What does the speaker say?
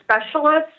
specialists